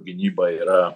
gynyba yra